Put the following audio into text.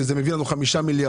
שזה מביא לנו 5 מיליארד.